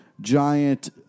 giant